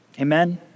Amen